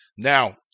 Now